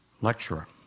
lecturer